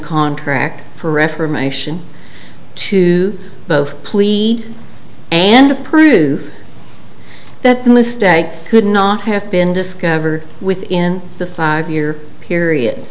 contract for reformation to both plead and a proof that the mistake could not have been discovered within the five year period